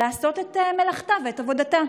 לעשות את מלאכתה ואת עבודתה.